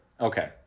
okay